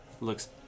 looks